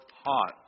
hot